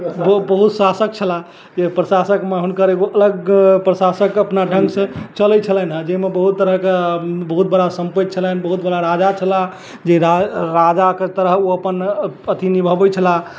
बहुत शासक छलाह प्रशासक मऽ हुनकर एगो अलग प्रशासक अपना ढंग सऽ चलै छलनि हँ जाहिमे बहुत तरहके बहुत बड़ा सम्पति छलनि बहुत बड़ा राजा छलाह जे राजाके तरह ओ अपन अथी निभबै छलाह